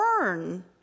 burn